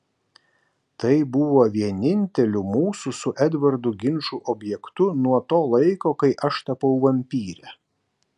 tai buvo vieninteliu mūsų su edvardu ginčų objektu nuo to laiko kai aš tapau vampyre